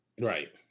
right